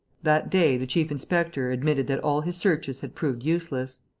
that day, the chief-inspector admitted that all his searches had proved useless.